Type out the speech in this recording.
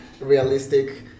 realistic